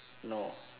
no